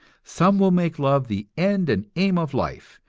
some will make love the end and aim of life,